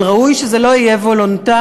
אבל ראוי שזה לא יהיה וולונטרי,